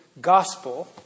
gospel